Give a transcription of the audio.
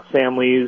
families